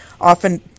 often